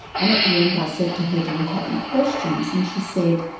and at the end i said to her, do you have any questions? and she said,